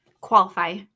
qualify